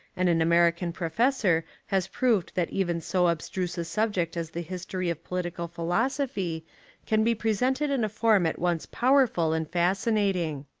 and an american professor has proved that even so abstruse a subject as the history of political philosophy can be presented in a form at once powerful and fascinating.